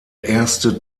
erste